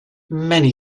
many